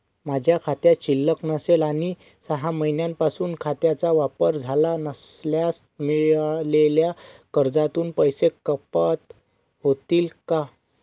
माझ्या खात्यात शिल्लक नसेल आणि सहा महिन्यांपासून खात्याचा वापर झाला नसल्यास मिळालेल्या कर्जातून पैसे कपात होतील का?